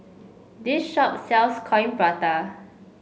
this shop sells Coin Prata